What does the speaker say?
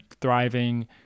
thriving